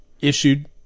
issued